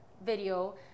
video